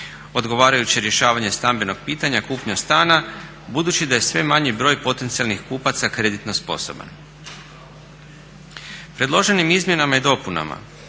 odgovarajuće rješavanje stambenog pitanja, kupnja stana budući da je sve manji broj potencijalnih kupaca kreditno sposoban. Predloženim izmjenama i dopunama